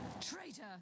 Traitor